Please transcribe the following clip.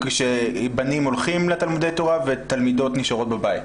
שבנים הולכים לתלמודי תורה ותלמידות נשארות בבית.